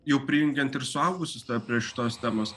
jau prijungiant ir suaugusius prie šitos temos